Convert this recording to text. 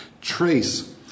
trace